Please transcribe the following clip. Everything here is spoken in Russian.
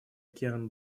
океана